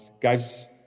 guys